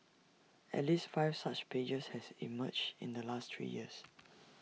at least five such pages has emerged in the last three years